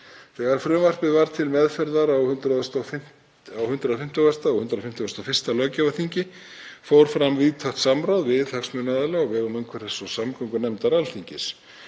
Þegar frumvarpið var til meðferðar á 150. og 151. löggjafarþingi fór fram víðtækt samráð við hagsmunaaðila á vegum umhverfis- og samgöngunefndar Alþingis.